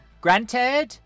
Granted